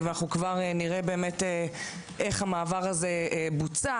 ואנחנו כבר נראה איך המעבר הזה בוצע